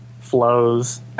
flows